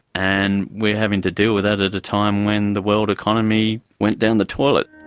and we are having to deal with that at a time when the world economy went down the toilet.